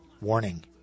Warning